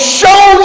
show